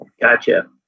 Gotcha